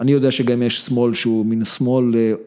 ‫אני יודע שגם יש שמאל, ‫שהוא מין שמאל...